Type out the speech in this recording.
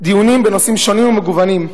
דיונים בנושאים שונים ומגוונים,